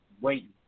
waiting